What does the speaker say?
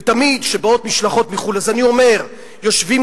ותמיד כשבאות משלחות מחוץ-לארץ אני אומר: יושבים